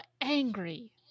angry